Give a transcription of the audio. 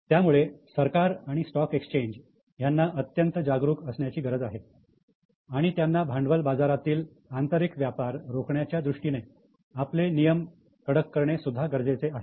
त्यामुळे सरकार आणि स्टॉक एक्सचेंज यांना अत्यंत जागरूक असण्याची गरज आहे आणि त्यांना भांडवल बाजारातील आंतरिक व्यापार रोखण्याच्या दृष्टीने आपले नियम कडक करणे सुद्धा गरजेचे आहे